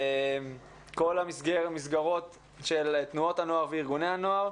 כל המסגרות של תנועות הנוער וארגוני הנוער.